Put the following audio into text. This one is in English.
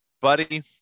buddy